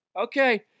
Okay